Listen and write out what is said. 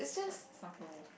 it's like subtle